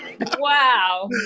Wow